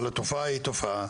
אבל התופעה היא תופעה